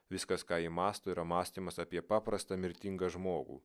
viskas ką ji mąsto yra mąstymas apie paprastą mirtingą žmogų